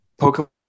Pokemon